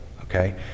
okay